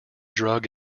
drug